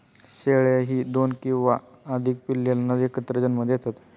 शेळ्याही दोन किंवा अधिक पिल्लांना एकत्र जन्म देतात